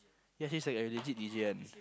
ya this got legit D_J one